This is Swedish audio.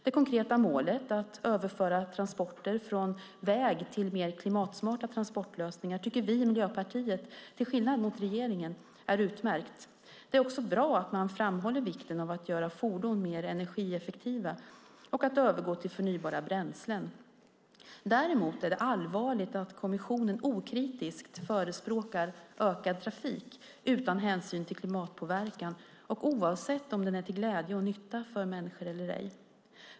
Det konkreta målet att överföra transporter från väg till mer klimatsmarta transportlösningar tycker vi i Miljöpartiet, till skillnad mot regeringen, är utmärkt. Det är också bra att man framhåller vikten av att göra fordon mer energieffektiva och att övergå till förnybara bränslen. Däremot är det allvarligt att kommissionen okritiskt förespråkar ökad trafik utan hänsyn till klimatpåverkan och oavsett om den är till glädje och nytta för människor eller ej.